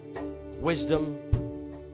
wisdom